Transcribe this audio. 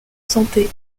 santé